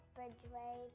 Bridgeway